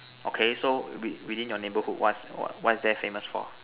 okay so with within your neighborhood what's there famous for